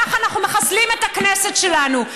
ככה אנחנו מחסלים את הכנסת שלנו.